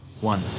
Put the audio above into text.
one